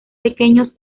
pequeños